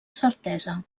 certesa